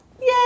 yay